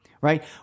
right